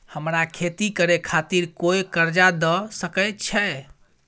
हमरा खेती करे खातिर कोय कर्जा द सकय छै?